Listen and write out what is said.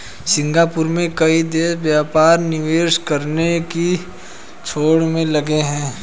Singapore में कई देश व्यापार निवेश करने की होड़ में लगे हैं